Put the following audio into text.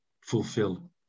fulfill